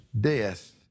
death